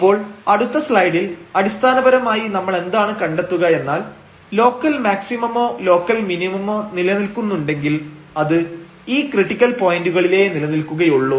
അപ്പോൾ അടുത്ത സ്ലൈഡിൽ അടിസ്ഥാനപരമായി നമ്മളെന്താണ് കണ്ടെത്തുക എന്നാൽ ലോക്കൽ മാക്സിമമോ ലോക്കൽ മിനിമമോ നിലനിൽക്കുന്നുണ്ടെങ്കിൽ അത് ഈ ക്രിട്ടിക്കൽ പോയിന്റുകളിലേ നിലനിൽക്കുകയുള്ളൂ